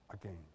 again